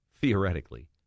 theoretically